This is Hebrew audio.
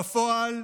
בפועל,